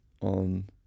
on